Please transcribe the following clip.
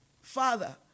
Father